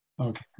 Okay